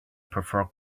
prefer